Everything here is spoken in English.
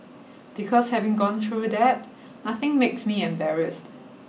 because having gone through that nothing makes me embarrassed